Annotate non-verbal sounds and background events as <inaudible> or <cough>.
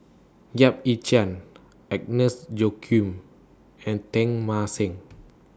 Yap Ee Chian Agnes Joaquim and Teng Mah Seng <noise>